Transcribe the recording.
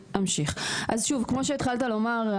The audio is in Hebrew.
כמו שהתחלת לומר,